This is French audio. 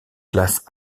classe